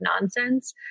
nonsense